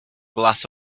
glass